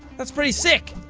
that's pretty sick!